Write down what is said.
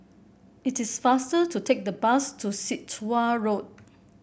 it is faster to take the bus to Sit Wah Road